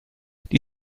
die